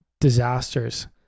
disasters